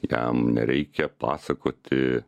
jam nereikia pasakoti